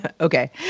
Okay